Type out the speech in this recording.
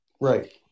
Right